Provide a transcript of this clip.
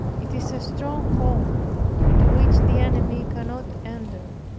it is a stronghold into which the enemy cannot enter.